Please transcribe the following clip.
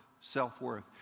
self-worth